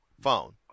phone